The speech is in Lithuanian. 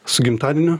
su gimtadieniu